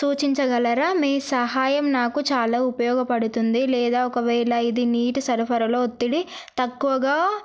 సూచించగలరా మీ సహాయం నాకు చాలా ఉపయోగపడుతుంది లేదా ఒకవేళ ఇదు నీటి సరఫరాలో ఒత్తిడి తక్కువగా